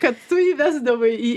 kad tu įvesdavai į